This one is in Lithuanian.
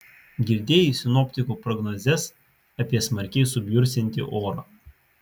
girdėjai sinoptikų prognozes apie smarkiai subjursiantį orą